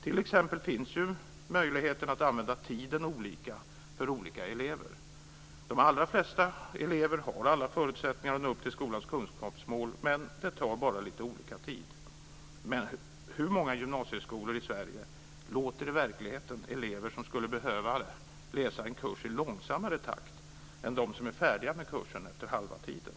T.ex. finns möjligheten att använda tiden olika för olika elever. De allra flesta elever har alla förutsättningar att nå upp till skolans kunskapsmål. Det tar bara lite olika tid. Men hur många gymnasieskolor låter i verkligheten elever som skulle behöva det läsa en kurs i långsammare takt än de som är färdiga med kursen efter halva tiden?